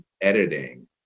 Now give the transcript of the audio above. editing